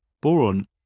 Boron